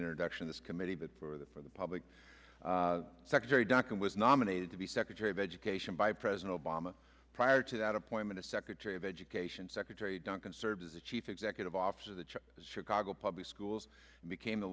introduction this committee but for the for the public secretary duncan was nominated to be secretary of education by president obama prior to that appointment as secretary of education secretary duncan served as the chief executive officer of the chicago public schools became the